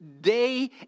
day